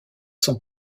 son